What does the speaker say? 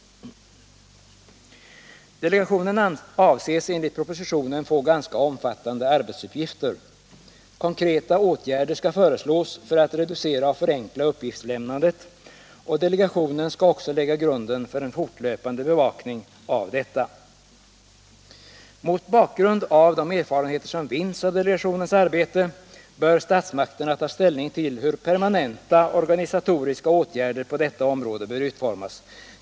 Delegationen avses enligt propositionen få ganska omfattande arbetsuppgifter. Konkreta åtgärder skall föreslås för att reducera och förenkla uppgiftslämnandet, och delegationen skall också lägga grunden för en fortlöpande bevakning av detta. Mot bakgrund av de erfarenheter som vinns av delegationens arbete bör statsmakterna ta ställning till hur permanentaorganisatoriska åtgärder på detta område bör utformas.